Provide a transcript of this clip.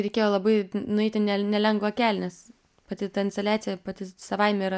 reikėjo labai nueiti ne nelengvą kelią nes pati ta instaliacija pati savaime yra